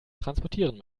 transportieren